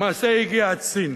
למעשה היא הגיעה עד סין.